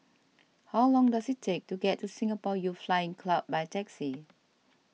how long does it take to get to Singapore Youth Flying Club by taxi